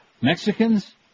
Mexicans